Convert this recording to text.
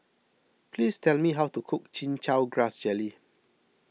please tell me how to cook Chin Chow Grass Jelly